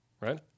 Right